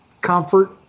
comfort